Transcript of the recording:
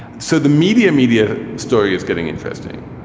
so the media media story is getting interesting.